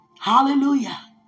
Hallelujah